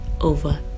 over